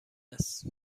است